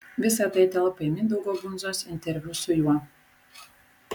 visa tai telpa į mindaugo bundzos interviu su juo